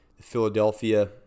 Philadelphia